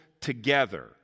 together